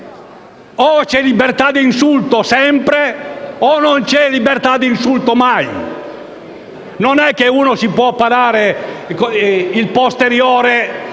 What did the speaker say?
o c'è libertà di insulto sempre o non c'è libertà di insulto mai. Non è che uno si può parare il posteriore